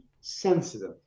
sensitive